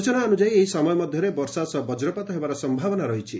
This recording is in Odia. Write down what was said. ସୂଚନା ଅନୁଯାୟୀ ଏହି ସମୟ ମଧ୍ଧରେ ବର୍ଷା ସହ ବଜ୍ରପାତ ହେବାର ସ୍ୟାବନା ରହିଛି